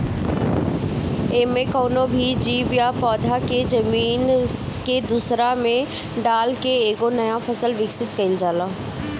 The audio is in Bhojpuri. एमे कवनो भी जीव या पौधा के जीन के दूसरा में डाल के एगो नया फसल विकसित कईल जाला